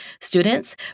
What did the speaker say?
students